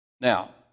Now